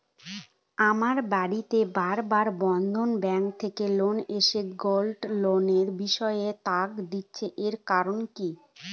আমার বাড়িতে বার বার বন্ধন ব্যাংক থেকে লোক এসে গোল্ড লোনের বিষয়ে তাগাদা দিচ্ছে এর কারণ কি?